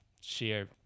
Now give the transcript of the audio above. sheer